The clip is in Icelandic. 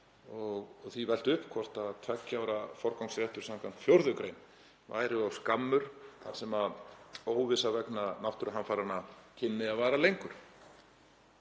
og því velt upp hvort tveggja ára forgangsréttur skv. 4. gr. væri of skammur þar sem óvissa vegna náttúruhamfaranna kynni að vara lengur.